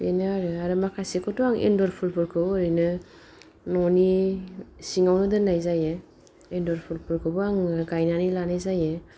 बेनो आरो आरो माखासेखौथ' आं इन्दर फुलफोरखौ ओरैनो न'नि सिङावनो दोननाय जायो इन्दर फुलफोरखौबो आङो गायनानै लानाय जायो